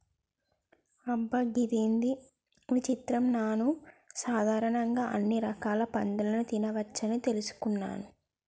అబ్బ గిదేంది విచిత్రం నాను సాధారణంగా అన్ని రకాల పందులని తినవచ్చని తెలుసుకున్నాను